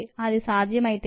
అది సాధ్యమైతేనే